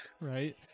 right